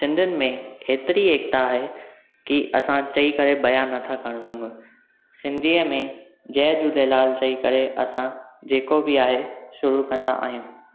सिंधियुनि में एतिरी एकता आहे की असां चई करे बयां नथा करे सघूं सिंधीअ में जय झूलेलाल चई करे असां जेको बि आहे शुरू कंदा आहियूं